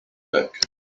back